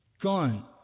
gone